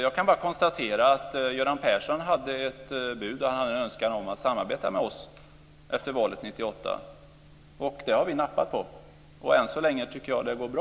Jag kan bara konstatera att Göran Persson hade ett bud och en önskan om att samarbeta med oss efter valet 1998, och det har vi nappat på. Än så länge tycker jag att det går bra.